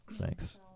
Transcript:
thanks